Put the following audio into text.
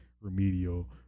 remedial